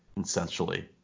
essentially